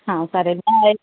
हां चालेल बाय